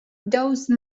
those